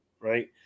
right